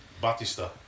Batista